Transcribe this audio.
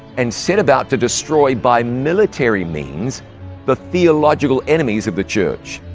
and set about to destroy by military means the theological enemies of the church.